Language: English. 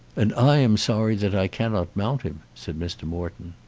and i am sorry that i cannot mount him, said mr. morton.